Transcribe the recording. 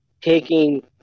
taking